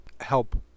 help